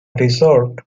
resort